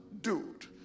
dude